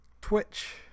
Twitch